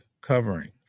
covering